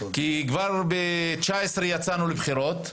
כי כבר ב-2019 יצאנו לבחירות.